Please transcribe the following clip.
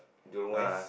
Jurong West